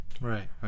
Right